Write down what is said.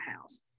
house